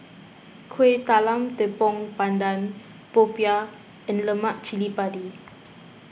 Kueh Talam Tepong Pandan Popiah and Lemak Cili Padi